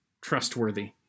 trustworthy